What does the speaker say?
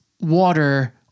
water